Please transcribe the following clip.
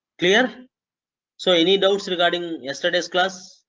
clear so any doubts regarding yesterday's class.